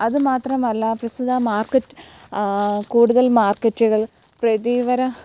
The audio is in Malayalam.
അതുമാത്രമല്ല പ്രസിദ്ധ മാർക്കറ്റ് കൂടുതൽ മാർക്കറ്റുകൾ പ്രതീവര